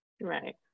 Right